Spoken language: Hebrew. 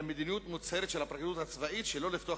אלא מדיניות מוצהרת של הפרקליטות הצבאית שלא לפתוח